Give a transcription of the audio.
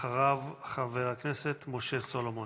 אחריו, חבר הכנסת משה סולומון.